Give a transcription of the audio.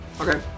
Okay